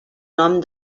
nom